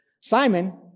Simon